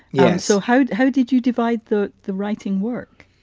yeah. so how how did you divide the the writing work?